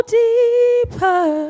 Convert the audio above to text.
deeper